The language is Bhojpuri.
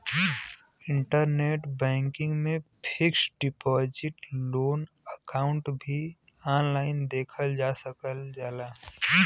इंटरनेट बैंकिंग में फिक्स्ड डिपाजिट लोन अकाउंट भी ऑनलाइन देखल जा सकल जाला